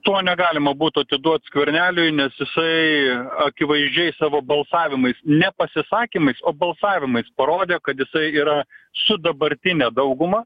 to negalima būtų atiduot skverneliui nes jisai akivaizdžiai savo balsavimais ne pasisakymais o balsavimais parodė kad jisai yra su dabartine dauguma